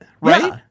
right